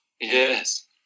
Yes